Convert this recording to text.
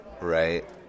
Right